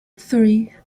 three